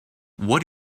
what